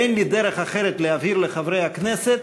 אין לי דרך אחרת להבהיר לחברי הכנסת